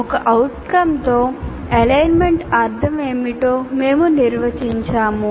ఒక OUTCOME తో alignment అర్థం ఏమిటో మేము నిర్వచించాము